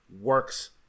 works